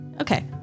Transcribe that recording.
Okay